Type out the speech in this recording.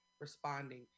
responding